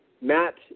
Matt